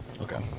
Okay